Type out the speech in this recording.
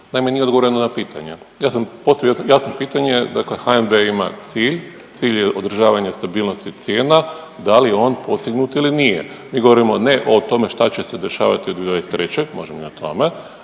naime nije odgovoreno na pitanje. Ja sam postavio jasno pitanje dakle HNB ima cilj, cilj je održavanje stabilnosti cijena da li je on postignut ili nije? Mi govorimo ne o tome šta će se dešavati u 2023., možemo i na tome